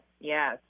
Yes